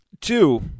Two